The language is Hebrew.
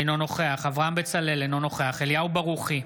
אינו נוכח אברהם בצלאל, אינו נוכח אליהו ברוכי,